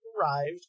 arrived